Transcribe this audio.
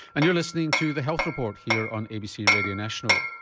and you're listening to the health report here on abc radio national.